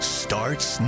starts